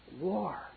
war